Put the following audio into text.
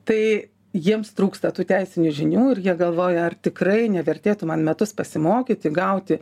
tai jiems trūksta tų teisinių žinių ir jie galvoja ar tikrai nevertėtų man metus pasimokyti gauti